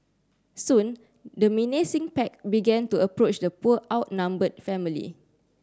soon the menacing pack began to approach the poor outnumbered family